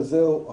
כזה או אחר.